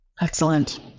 Excellent